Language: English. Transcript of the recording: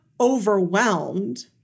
overwhelmed